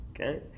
Okay